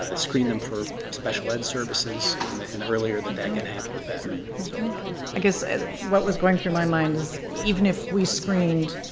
ah screen them for special ed services and the earlier that that can happen, the better. and so i guess what was going through my mind was even if we screened,